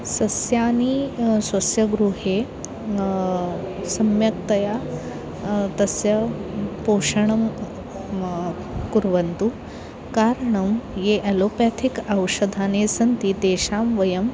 सस्यानि स्वस्य गृहे सम्यक्तया तस्य पोषणं कुर्वन्तु कारणं ये एलोपेथिक् औषधानि सन्ति तेषां वयम्